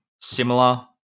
similar